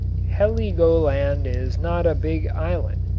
heligoland is not a big island,